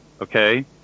okay